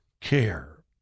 care